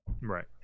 Right